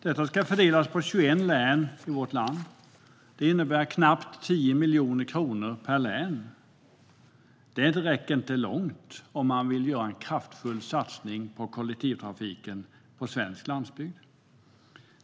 Det ska fördelas på 21 län i vårt land, vilket innebär knappt 10 miljoner kronor per län. Det räcker inte långt om man vill göra en kraftfull satsning på kollektivtrafiken på svensk landsbygd.